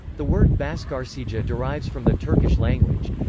the word bascarsija derives from the turkish language.